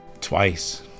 twice